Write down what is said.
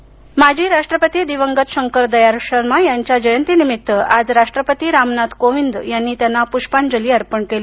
शंकर दयाळ शर्मा माजी राष्ट्रपती दिवंगत शंकर दयाळ शर्मा यांच्या जयंतीनिमित्त आज राष्ट्रपती रामनाथ कोविंद यांनी त्यांना पुष्पांजली अर्पण केली